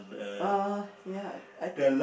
uh ya I think